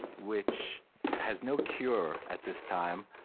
which has no cure at this time.